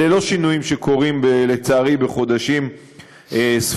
אלה לא שינויים שקורים, לצערי, בחודשים ספורים.